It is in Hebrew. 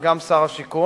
וגם בפני שר השיכון.